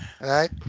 right